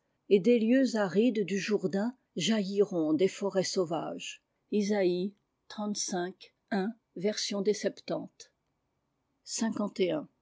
et des lieux arides du jourdain jait ront des forêts sauvages isate xxxv i version des septante